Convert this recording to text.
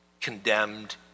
condemned